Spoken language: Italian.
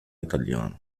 italiano